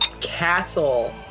castle